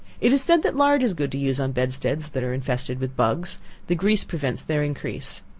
it is said that lard is good to use on bedsteads that are infested with bugs the grease prevents their increase.